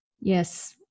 Yes